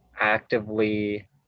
actively